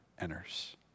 enters